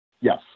Yes